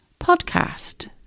podcast